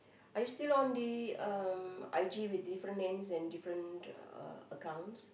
are you still on the um I_G with different names and different uh accounts